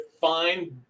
fine